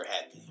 happy